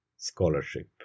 scholarship